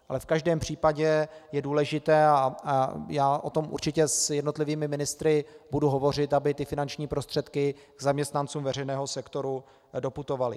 Ale v každém případě je důležité a já o tom určitě s jednotlivými ministry budu hovořit, aby finanční prostředky k zaměstnancům veřejného sektoru doputovaly.